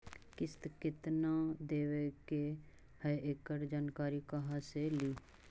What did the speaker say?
किस्त केत्ना देबे के है एकड़ जानकारी कहा से ली?